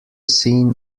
scene